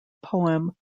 poem